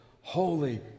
holy